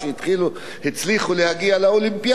שהצליחו להגיע לאולימפיאדה,